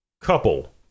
Couple